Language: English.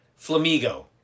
Flamigo